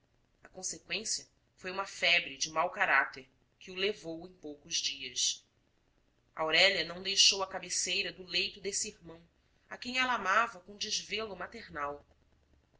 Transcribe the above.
a conseqüência foi uma febre de mau caráter que o levou em poucos dias aurélia não deixou a cabeceira do leito desse irmão a quem ela amava com desvelo maternal